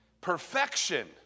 perfection